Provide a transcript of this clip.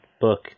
book